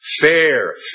Fair